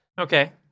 Okay